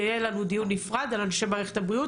יהיה לנו דיון נפרד על אנשי מערכת הבריאות